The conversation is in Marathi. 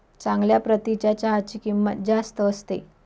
चांगल्या प्रतीच्या चहाची किंमत जास्त असते